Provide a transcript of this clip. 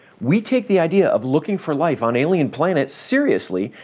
we take the idea of looking for life on alien planets seriously,